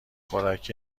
خوراکی